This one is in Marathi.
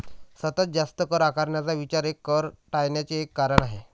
सतत जास्त कर आकारण्याचा विचार कर टाळण्याचे एक कारण आहे